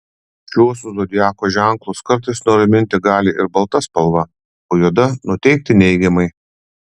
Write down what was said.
šiuos zodiako ženklus kartais nuraminti gali ir balta spalva o juoda nuteikti neigiamai